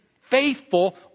faithful